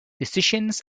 decisions